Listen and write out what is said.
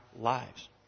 lives